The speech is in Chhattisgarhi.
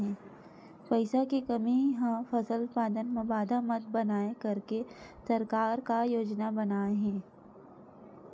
पईसा के कमी हा फसल उत्पादन मा बाधा मत बनाए करके सरकार का योजना बनाए हे?